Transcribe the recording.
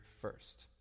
first